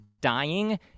dying